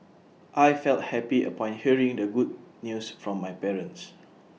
I felt happy upon hearing the good news from my parents